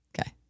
okay